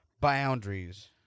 boundaries